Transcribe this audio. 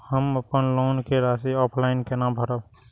हम अपन लोन के राशि ऑफलाइन केना भरब?